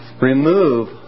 remove